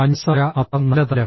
പഞ്ചസാര അത്ര നല്ലതല്ല